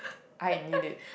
I need it